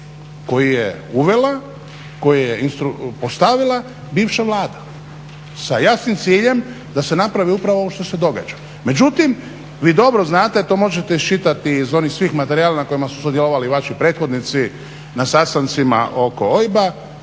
koji je uvela, koji je ostavila bivša Vlada sa jasnim ciljem da se napravi upravo ovo što se događa. Međutim vi dobro znate da to možete iščitati iz onih svih materijala na kojima su sudjelovali vaši prethodnici na sastancima oko OIB-a,